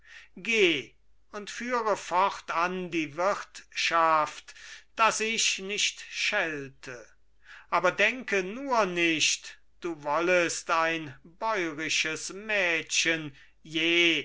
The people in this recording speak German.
geh und führe fortan die wirtschaft daß ich nicht schelte aber denke nur nicht du wollest ein bäurisches mädchen je